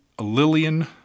Lillian